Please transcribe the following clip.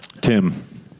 Tim